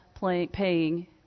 paying